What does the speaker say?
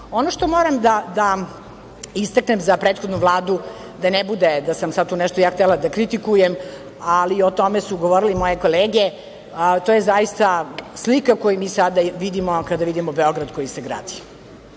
što moram da istaknem za prethodnu Vladu, da ne bude da sam sad tu nešto ja htela da kritikujem, ali o tome su govorile moje kolege, to je zaista slika koju mi sada vidimo kada vidimo Beograd koji se gradi.